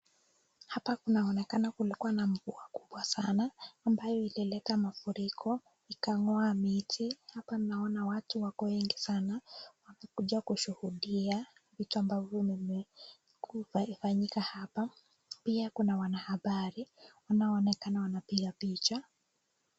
Hapa kunaonekana kulikuwa na mvua kubwa sana ambayo ilileta mafuriko, ikang'oa miti. Hapa naona watu wako wengi sana wamekuja kushuhudia vitu ambavyo vimefanyika hapa. Pia kuna wanahabari wanaonekana wanapiga picha.